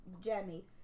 Jemmy